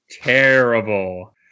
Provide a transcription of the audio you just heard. terrible